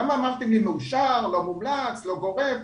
למה אמרתם לי מאושר, לא מומלץ, לא גורף?